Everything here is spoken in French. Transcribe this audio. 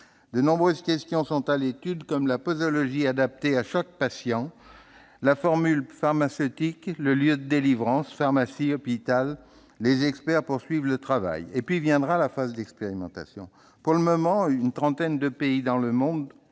De nombreux points sont à l'étude, comme la posologie adaptée à chaque patient, la formule pharmaceutique, le lieu de délivrance- pharmacie, hôpital, etc. Les experts poursuivent le travail, avant que n'intervienne la phase d'expérimentation. Pour le moment, une trentaine de pays dans le monde